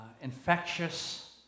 infectious